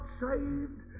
saved